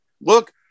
Look